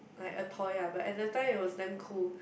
like a toy ah but at that time it was damn cool